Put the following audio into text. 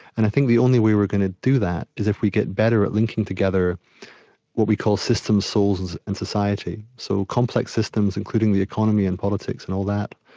and i think the only way we're going to do that is if we get better at linking together what we call systems, souls, and society so, complex systems, including the economy and politics and all that,